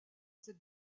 cette